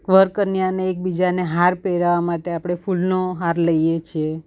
વર કન્યાને એકબીજાને હાર પહેરાવવા માટે આપણે ફૂલનો હાર લઈએ છીએ